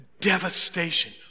Devastation